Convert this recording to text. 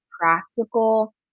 practical